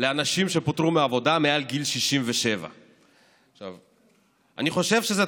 לאנשים שפוטרו מהעבודה מעל גיל 67. אני חושב שזה,